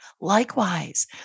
Likewise